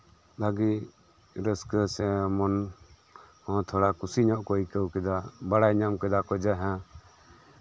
ᱵᱷᱟᱹᱜᱤ ᱨᱟᱹᱥᱠᱟᱹ ᱥᱮ ᱢᱚᱱ ᱦᱚᱸ ᱛᱷᱚᱲᱟ ᱠᱩᱥᱤ ᱧᱚᱜ ᱠᱚ ᱟᱹᱭᱠᱟᱹᱣ ᱠᱮᱫᱟ ᱵᱟᱲᱟᱭ ᱧᱟᱢ ᱠᱮᱫᱟ ᱠᱚ ᱡᱮ ᱦᱮᱸ